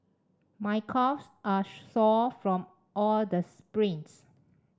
my calves are sore from all the sprints